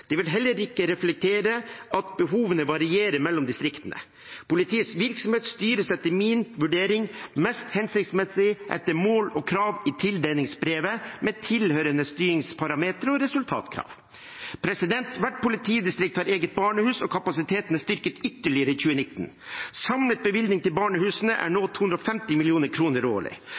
Det vil heller ikke reflektere at behovene varierer mellom distriktene. Politiets virksomhet styres etter min vurdering mest hensiktsmessig etter mål og krav i tildelingsbrevet, med tilhørende styringsparametere og resultatkrav. Hvert politidistrikt har eget barnehus, og kapasiteten er styrket ytterligere i 2019. Samlet bevilgning til barnehusene er nå 250 mill. kr årlig.